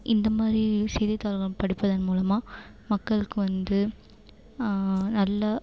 இந்த மாதிரி செய்தித்தாள்கள் படிப்பதன் மூலமாக மக்களுக்கு வந்து நல்ல